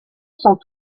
sont